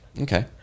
Okay